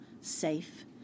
safe